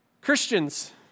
Christians